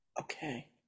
Okay